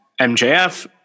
MJF